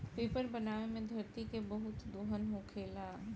paper बनावे मे धरती के बहुत दोहन होखेला